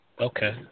Okay